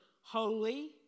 holy